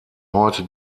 heute